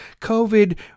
COVID